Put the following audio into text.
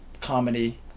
comedy